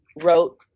wrote